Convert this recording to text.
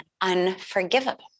unforgivable